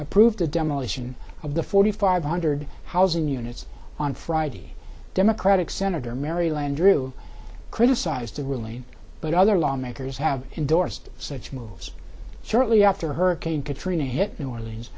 approved the demolition of the forty five hundred housing units on friday democratic senator mary landrieu criticized relate but other lawmakers have endorsed such moves shortly after hurricane katrina hit new orleans